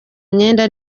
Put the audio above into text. imyenda